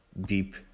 deep